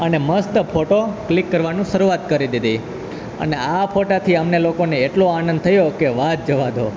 અને મસ્ત photo click કરવાનું શરૂઆત કરી દીધી અને આ ફોટાથી અમને લોકોને એટલો આનંદ થયો કે વાત જવા દો